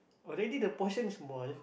already the portion small